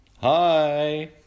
Hi